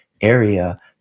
area